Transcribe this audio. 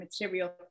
material